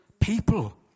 people